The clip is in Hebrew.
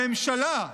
הממשלה,